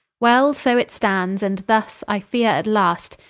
well, so it stands and thus i feare at last,